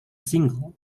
single